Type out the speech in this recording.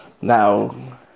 Now